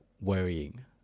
worrying